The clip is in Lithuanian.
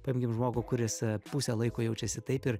paimkim žmogų kuris pusę laiko jaučiasi taip ir